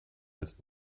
als